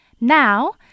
Now